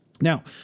Now